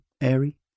airy